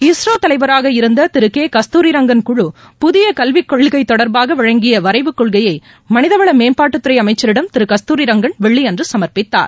இஸ்ரோ தலைவராக இருந்த Thiru K Kasturirangan குழு புதிய கல்வி கொள்கை தொடர்பாக வழங்கிய வரைவு கொள்கையை மனித வள மேம்பாட்டு துறை அமைச்சரிடம் திரு கஸ்தூரி ரங்கன் வெள்ளியன்று சமர்ப்பித்தார்